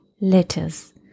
letters